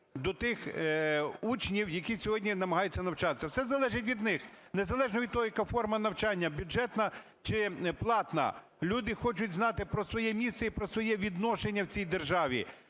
до тих учнів, які сьогодні намагаються навчатися. Все залежить від них, незалежно від того, яка форма навчання, бюджетна чи платна, люди хочуть знати про своє місце і про своє відношення в цій державі.